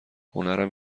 هنرم